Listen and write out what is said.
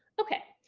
okay,